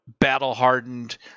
Battle-hardened